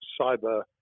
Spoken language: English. cyber